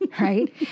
right